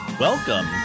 Welcome